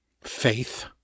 Faith